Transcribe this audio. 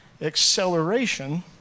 acceleration